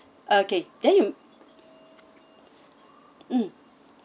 okay then you mm